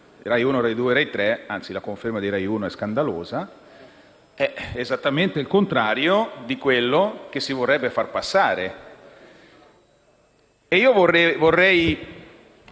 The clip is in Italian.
RAI 1, RAI 2 e RAI 3 - la conferma di RAI 1 è scandalosa - è esattamente il contrario di quello che si vorrebbe far passare. Vorrei